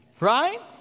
Right